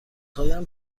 هایم